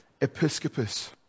episcopus